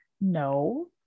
no